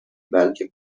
بلکه